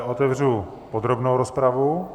Otevřu podrobnou rozpravu.